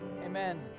amen